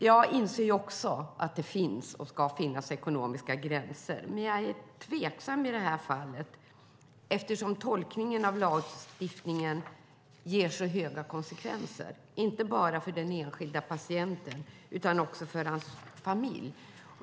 Jag inser också att det finns och ska finnas ekonomiska gränser. Men jag är tveksam i det här fallet, eftersom tolkningen av lagstiftningen ger så stora konsekvenser, inte bara för den enskilda patienten utan också för hans familj.